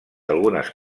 algunes